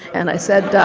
and i said,